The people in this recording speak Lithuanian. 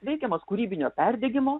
veikiamas kūrybinio perdegimo